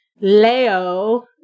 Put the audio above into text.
Leo